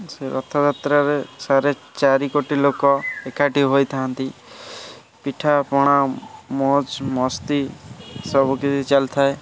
ସେ ରଥଯାତ୍ରାରେ ସାଢ଼େ ଚାରି କୋଟି ଲୋକ ଏକାଠି ହୋଇଥାନ୍ତି ପିଠାପଣା ମଉଜ୍ ମସ୍ତି ସବୁକିଛି ଚାଲିଥାଏ